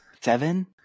Seven